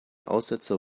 aussetzer